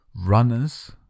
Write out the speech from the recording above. runners